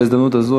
בהזדמנות זו,